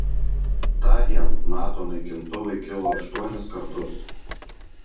tądien nato naikintuvai kilo aštuonis kartus